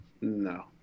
No